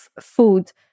food